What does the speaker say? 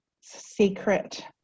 secret